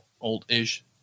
old-ish